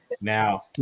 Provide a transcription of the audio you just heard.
Now